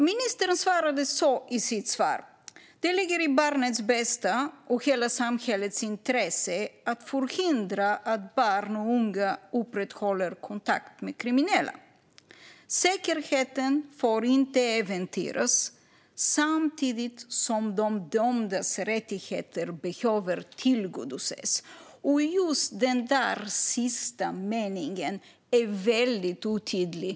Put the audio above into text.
Ministern svarade i sitt svar: "Det ligger i barnets bästa och hela samhällets intresse att förhindra att barn och unga upprätthåller kontakt med kriminella. Säkerheten får inte äventyras, samtidigt som de dömdas rättigheter behöver tillgodoses." Det är just den sista meningen som är väldigt otydlig.